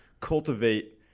cultivate